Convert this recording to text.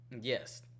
Yes